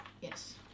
Yes